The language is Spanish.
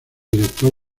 director